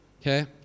Okay